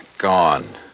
gone